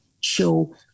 show